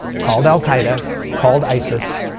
called al-qaeda called isis.